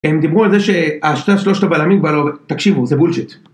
הם דיברו על זה שהשלושת בלמים כבר... תקשיבו, זה בולשיט